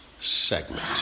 segment